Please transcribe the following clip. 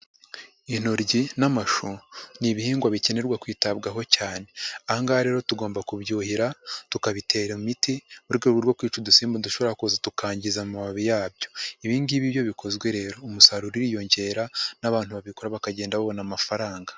Intoryi n'amashu, ni ibihingwa bikenerwa kwitabwaho cyane, aha ngaha rero tugomba kubyuhira, tukabitera imiti, mu rwego rwo kwica udusimba dushobora kuza tukangiza amababi yabyo, ibi ngibi iyo bikozwe rero, umusaruro uriyongera n'abantu babikora bakagenda babona amafaranga.